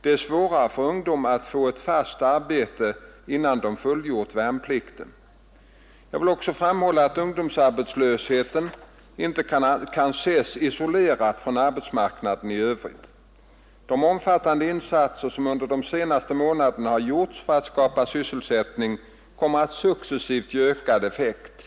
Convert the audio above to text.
Det är svårare för ungdomar att få ett fast arbete innan de har fullgjort värnplikten. Jag vill också framhålla att ungdomsarbetslösheten inte kan ses isolerad från arbetsmarknaden i övrigt. De omfattande insatser som under de senaste månaderna har gjorts för att skapa sysselsättning kommer att successivt ge ökad effekt.